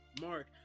Mark